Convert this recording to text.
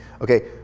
Okay